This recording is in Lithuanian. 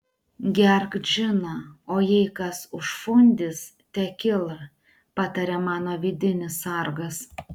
gerk džiną o jei kas užfundys tekilą pataria mano vidinis sargas